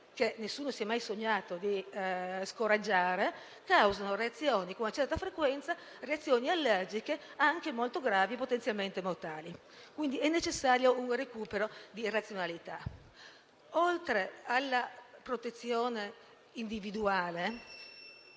che nessuno si è mai sognato di scoraggiare - causano con una certa frequenza reazioni allergiche anche molto gravi e potenzialmente mortali. Quindi è necessario un recupero di razionalità. Oltre alla protezione individuale,